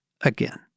again